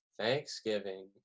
Thanksgiving